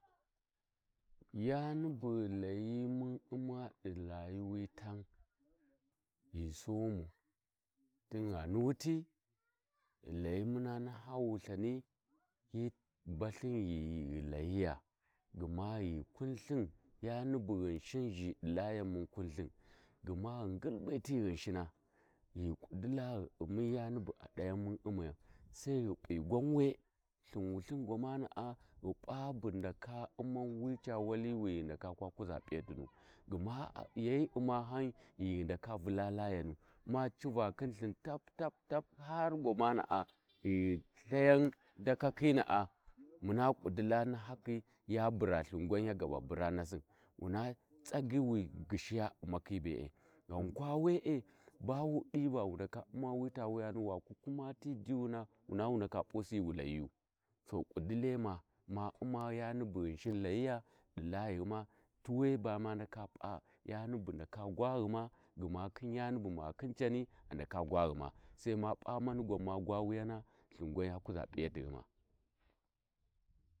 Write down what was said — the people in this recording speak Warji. ﻿Yani bughu layı muu uma di rayiwi tam ghi Somau tingha ni wuti ghu llayi muna naha Wulthan hi balhin ghighu layiya gma ghi kunithin yani bu Ghinshi zhidi layan mun Kuulthin gma ghi ngulma ti Ghunshina ghi Kudilla ghi uma yani bu laya mun ummiya sai ghu p’i gwan we lthin Wulthin gwamana'a ghi p’a bu ndaka uman Wali wi ghi ndaka kwa kuʒa p’iyatinu gma ye umahau ghi hi ndaka vulan layanu ma civa khin lthin tap tap tap har gwamana’a ghi ghu lthayau dakakhi na’a mun ƙudila nahi ya bura lthingwan ya bura lthingwanya buna nasin na tsagyi wi gyishija umakhi be’e ghankwa we’e bawu diva wu ndaka uma wita wiyano waku kuma ti diyuno wuna wu ndaka pusi ghi wu layiyu so ƙudilema ma uma yani bu Ghinshin layiya di layighuma tu we ba ma ndaka p’a yani ba ndaka gwaghuma gma khin gani bu makhincani a ndaka gwaghuma sai p’a manu gwan ma gwa wuyana lthin gwan ya kuʒa p’iyatina.